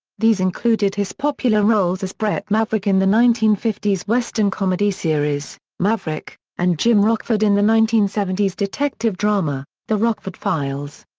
these included his popular roles as bret maverick in the nineteen fifty s western-comedy series, maverick, and jim rockford in the nineteen seventy s detective drama, the rockford files.